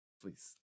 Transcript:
please